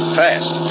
fast